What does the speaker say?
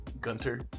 Gunter